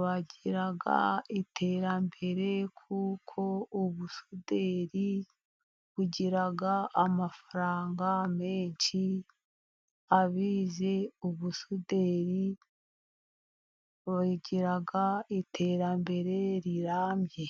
bagira iterambere , kuko ubusuderi bugira amafaranga menshi, abize ubusuderi bagira iterambere rirambye.